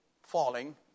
falling